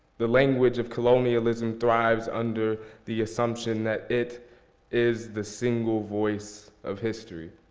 the language of colonialism thrives under the assumption that it is the single voice of history.